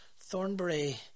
Thornbury